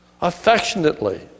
affectionately